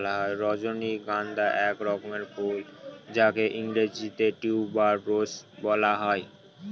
রজনীগন্ধা এক রকমের ফুল যাকে ইংরেজিতে টিউবার রোজ বলা হয়